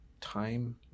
time